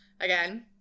again